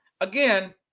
again